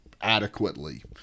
adequately